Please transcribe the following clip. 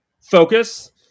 focus